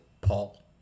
paul